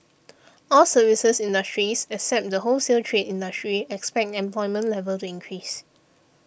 all services industries except the wholesale trade industry expect employment level to increase